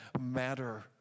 matter